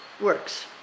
works